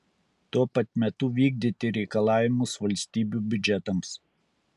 tuo pat metu vykdyti reikalavimus valstybių biudžetams